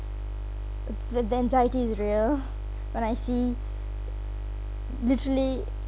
f~ the the anxiety is real when I see literally